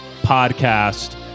podcast